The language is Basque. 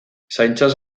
zaintzaz